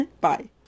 Bye